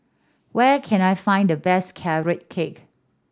where can I find the best Carrot Cake